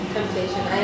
Temptation